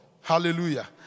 Hallelujah